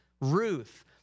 Ruth